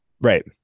Right